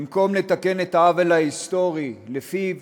במקום לתקן את העוול ההיסטורי שלפיו